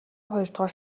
хоёрдугаар